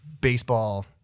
baseball